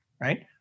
right